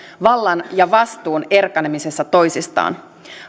vallan ja vastuun erkanemisessa toisistaan